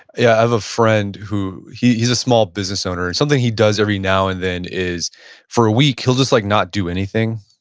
yeah, i have a friend who he's a small business owner. something he does every now and then is for a week, he'll just like not do anything